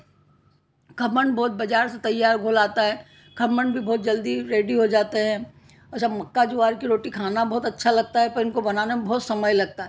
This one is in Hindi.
खमण बहुत बाज़ार से तैयार घोल आता है खमण भी बहुत जल्दी रेडी हो जाते हैं और मक्का जवार की रोटी खाना बहुत अच्छा लगता है पर इनको बनाने में बहुत समय लगता है